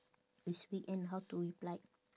it's weekend how to reply